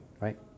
right